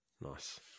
Nice